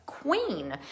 queen